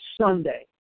Sunday